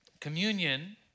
Communion